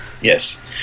Yes